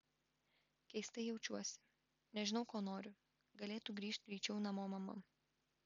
keistai jaučiuosi nežinau ko noriu galėtų grįžt greičiau namo mama